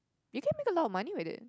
you can make a lot of money with it